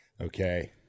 okay